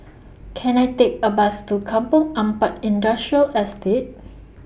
Can I Take A Bus to Kampong Ampat Industrial Estate